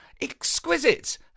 Exquisite